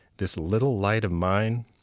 this little light of mine,